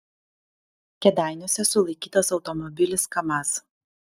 kėdainiuose sulaikytas automobilis kamaz